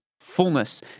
fullness